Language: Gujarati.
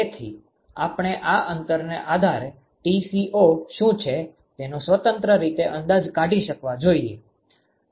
તેથી આપણે આ અંતરને આધારે Tco શું છે તેનો સ્વતંત્ર રીતે અંદાજ કાઢી શકવા જોઈએ